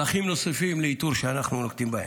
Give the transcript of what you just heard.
מהלכים נוספים לאיתור שאנחנו נוקטים בהם: